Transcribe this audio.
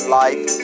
life